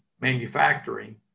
manufacturing